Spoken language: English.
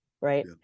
right